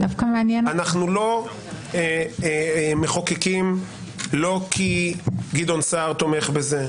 אנחנו לא מחוקקים לא כי גדעון סער תומך בזה,